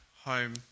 home